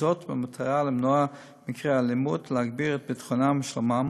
במטרה למנוע מקרי אלימות ולהגביר את ביטחונם ושלומם